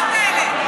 מה זה השטויות האלה?